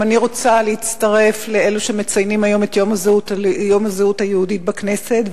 גם אני רוצה להצטרף לאלו שמציינים היום את יום הזהות היהודית בכנסת,